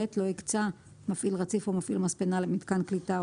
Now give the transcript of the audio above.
לא הקצה מפעיל רציף או מפעיל מספנה מיתקן קליטה,